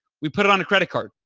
we put it on a credit card.